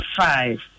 five